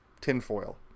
tinfoil